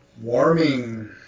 warming